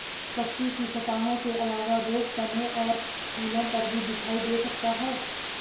पत्ती की सतहों के अलावा रोग तने और फूलों पर भी दिखाई दे सकता है